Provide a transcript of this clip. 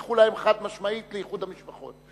הבטיחו להם חד-משמעית איחוד משפחות.